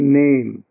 name